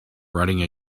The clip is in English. riding